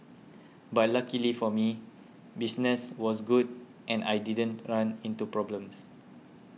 but luckily for me business was good and I didn't run into problems